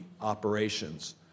operations